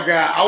God